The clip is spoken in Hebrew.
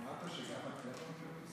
אמרתם שגם אתם?